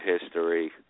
history